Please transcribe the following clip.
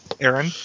Aaron